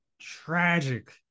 tragic